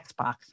Xbox